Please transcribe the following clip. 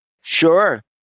Sure